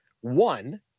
One